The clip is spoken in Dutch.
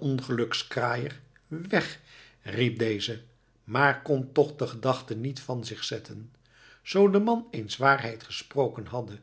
ongelukskraaier weg riep deze maar kon toch de gedachte niet van zich zetten zoo de man eens waarheid gesproken hadde